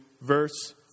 verse